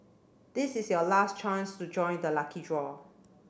this is your last chance to join the lucky draw